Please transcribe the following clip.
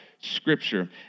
Scripture